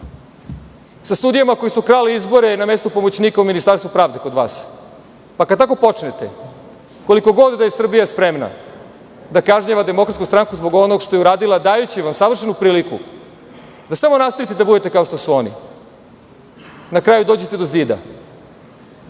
sa sudijama koji su krali izbore na mestu pomoćnika u Ministarstvu pravde kod vas. Pa kad tako počnete, koliko god da je Srbija spremana da kažnjava DS zbog onog što je uradila, dajući vam savršenu priliku da samo nastavite da budete kao što su oni, na kraju dođete do zida